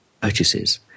purchases